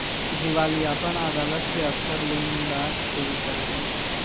दिवालियापन अदालत के अक्सर लेनदार शुरू करेलन